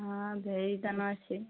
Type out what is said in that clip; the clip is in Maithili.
हँ भेज देना छै